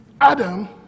Adam